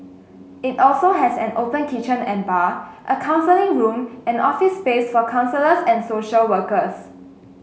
it also has an open kitchen and bar a counselling room and office space for counsellors and social workers